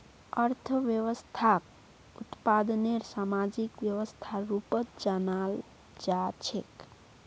अर्थव्यवस्थाक उत्पादनेर सामाजिक व्यवस्थार रूपत जानाल जा छेक